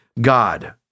God